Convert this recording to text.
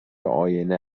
آینه